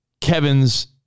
Kevin's